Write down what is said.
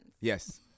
yes